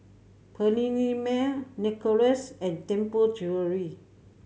Perllini Mel Narcissus and Tianpo Jewellery